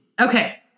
okay